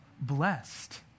blessed